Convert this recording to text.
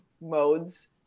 modes